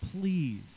please